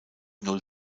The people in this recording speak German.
null